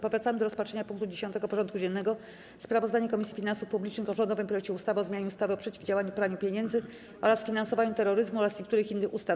Powracamy do rozpatrzenia punktu 10. porządku dziennego: Sprawozdanie Komisji Finansów Publicznych o rządowym projekcie ustawy o zmianie ustawy o przeciwdziałaniu praniu pieniędzy oraz finansowaniu terroryzmu oraz niektórych innych ustaw.